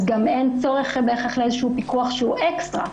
אז גם אין צורך בהכרח באיזשהו פיקוח שהוא אקסטרה.